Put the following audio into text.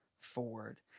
forward